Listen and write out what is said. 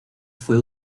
fue